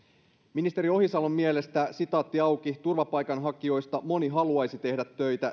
ministeri ohisalon mielestä turvapaikanhakijoista moni haluaisi tehdä töitä